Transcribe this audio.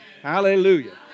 Hallelujah